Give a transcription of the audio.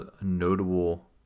notable